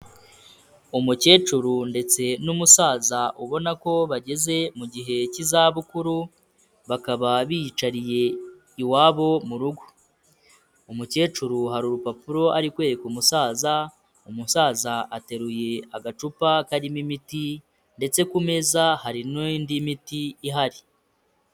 Umukecuru ndetse n'umusaza ubona ko bageze mu gihe cy'izabukuru, bakaba biyicariye iwabo mu rugo. Umukecuru hari urupapuro ari kwereka umusaza, umusaza ateruye agacupa karimo imiti ndetse ku meza hari n'indi miti ihari.